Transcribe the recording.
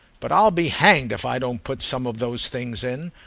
but i'll be hanged if i don't put some of those things in.